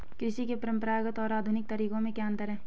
कृषि के परंपरागत और आधुनिक तरीकों में क्या अंतर है?